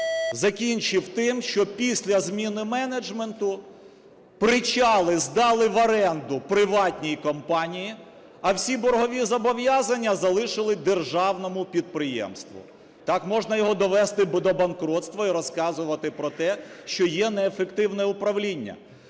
закінчив тим, що після зміни менеджменту причали здали в оренду приватній компанії, а всі боргові зобов'язання залишили державному підприємству. Так можна його довести до банкротства і розказувати про те, що є неефективне управління.